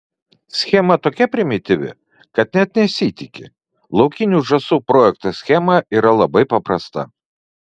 schema tokia primityvi kad net nesitiki laukinių žąsų projekto schema yra labai paprasta